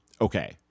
okay